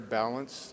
balance